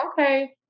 okay